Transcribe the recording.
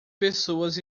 pessoas